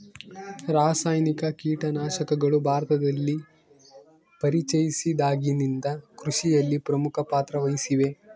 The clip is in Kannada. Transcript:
ರಾಸಾಯನಿಕ ಕೇಟನಾಶಕಗಳು ಭಾರತದಲ್ಲಿ ಪರಿಚಯಿಸಿದಾಗಿನಿಂದ ಕೃಷಿಯಲ್ಲಿ ಪ್ರಮುಖ ಪಾತ್ರ ವಹಿಸಿವೆ